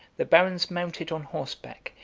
the barons mounted on horseback,